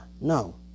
No